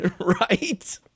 right